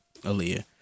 Aaliyah